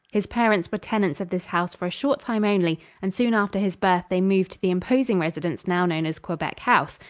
his parents were tenants of this house for a short time only, and soon after his birth they moved to the imposing residence now known as quebec house,